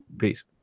Peace